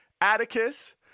atticus